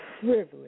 privilege